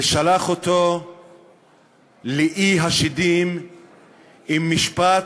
ושלח אותו לאי-השדים לאחר משפט